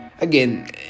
again